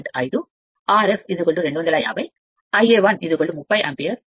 5 Rf 2 50 ∅1 30 ampere 1 500 rpm